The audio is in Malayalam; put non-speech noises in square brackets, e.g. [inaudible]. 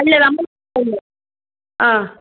അല്ല നമ്മള് [unintelligible] ആ